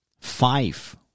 Five